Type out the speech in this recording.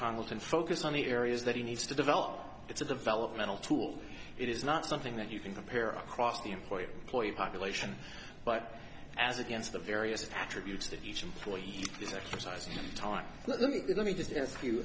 condit and focus on the areas that he needs to develop it's a developmental tool it is not something that you can compare across the employer employee population but as against the various attributes that each employee is exercising time let me let me just ask you